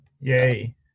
Yay